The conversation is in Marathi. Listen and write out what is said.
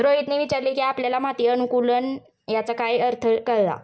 रोहितने विचारले की आपल्याला माती अनुकुलन याचा काय अर्थ कळला?